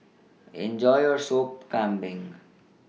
Enjoy your Sop Kambing